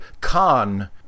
khan